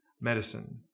medicine